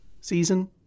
season